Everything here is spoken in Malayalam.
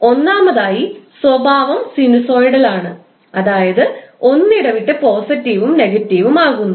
ഒന്നാമതായി സ്വഭാവം സിനുസോയ്ഡൽ ആണ് അതായത് ഒന്നിടവിട്ടു പോസിറ്റീവും നെഗറ്റീവും ആകുന്നു